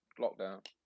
lockdown